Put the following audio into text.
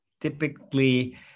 typically